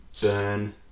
burn